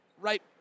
Right